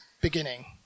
beginning